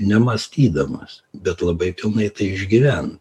nemąstydamas bet labai pilnai tai išgyven